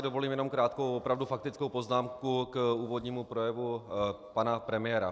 Dovolím si jenom krátkou, opravdu faktickou poznámku k úvodnímu projevu pana premiéra.